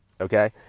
okay